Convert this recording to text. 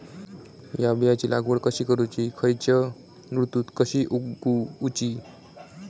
हया बियाची लागवड कशी करूची खैयच्य ऋतुत कशी उगउची?